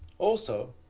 also,